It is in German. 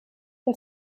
der